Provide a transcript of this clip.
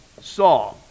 saw